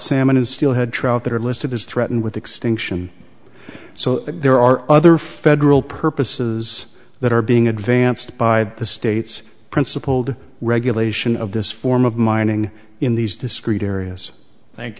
salmon and steelhead trout that are listed as threatened with extinction so there are other federal purposes that are being advanced by the states principled regulation of this form of mining in these discrete areas thank